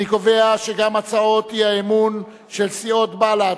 אני קובע שגם הצעת האי-אמון של סיעות חד"ש,